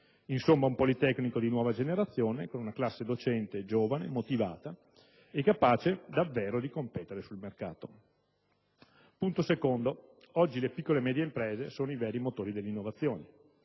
Insomma, un politecnico di nuova generazione, con una classe docente giovane, motivata e capace davvero di competere sul mercato. Secondo punto: oggi le piccole e medie imprese sono i veri motori dell'innovazione.